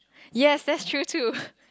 yes that's true too